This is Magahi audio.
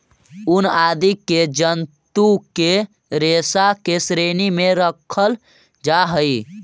ऊन आदि के जन्तु के रेशा के श्रेणी में रखल जा हई